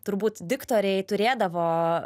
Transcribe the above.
turbūt diktoriai turėdavo